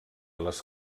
les